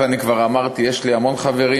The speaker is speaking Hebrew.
ואני כבר אמרתי שיש לי המון חברים,